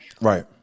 Right